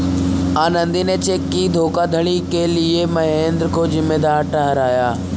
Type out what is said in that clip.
आनंदी ने चेक की धोखाधड़ी के लिए महेंद्र को जिम्मेदार ठहराया